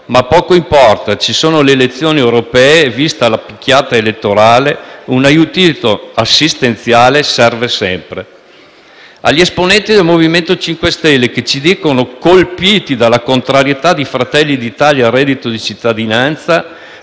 Ma poco importa. Ci sono le elezioni europee e, vista la picchiata elettorale, un aiutino assistenziale serve sempre. Agli esponenti del MoVimento 5 Stelle, che si dicono colpiti dalla contrarietà di Fratelli d'Italia al reddito di cittadinanza,